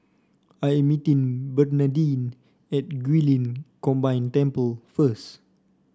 I'm meeting Bernardine at Guilin Combined Temple first